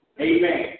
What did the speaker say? Amen